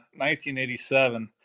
1987